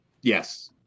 yes